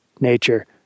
nature